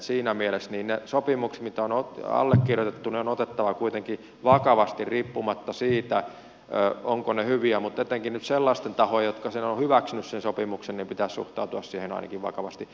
siinä mielessä ne sopimukset mitä on allekirjoitettu on otettava kuitenkin vakavasti riippumatta siitä ovatko ne hyviä ainakin nyt sellaisten tahojen jotka ovat hyväksyneet sen sopimuksen pitäisi suhtautua siihen vakavasti